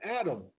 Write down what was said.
Adam